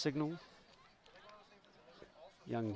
signal young